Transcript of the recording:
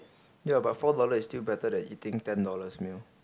ya but four dollars is still better than eating ten dollars meal